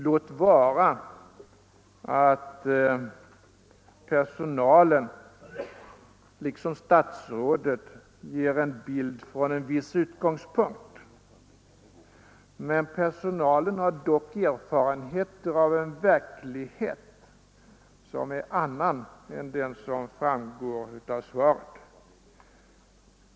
Låt vara att personalen, liksom statsrådet, ger en bild från en viss utgångspunkt, men personalen har dock erfarenheter av en verklighet som är en annan än den som framgår av svaret.